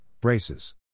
braces